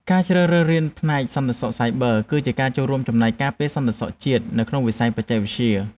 ការជ្រើសរើសរៀនផ្នែកសន្តិសុខសាយប័រ គឺជាការចូលរួមចំណែកការពារសន្តិសុខជាតិនៅក្នុងវិស័យបច្ចេកវិទ្យា។